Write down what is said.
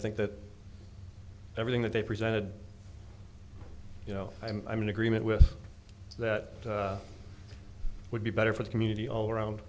think that everything that they presented you know i'm in agreement with that would be better for the community all around